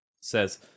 says